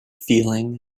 feeling